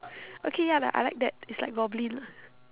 okay ya like I like that it's like goblin lor